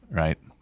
right